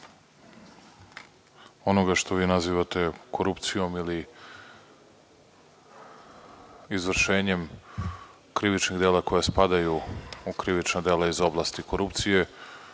onoga što vi nazivate korupcijom ili izvršenjem krivičnih dela koja spadaju u krivična dela iz oblasti korupcije,